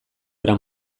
era